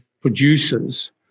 producers